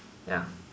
ya